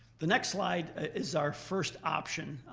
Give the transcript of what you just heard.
the next slide is our first option.